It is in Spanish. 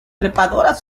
trepadoras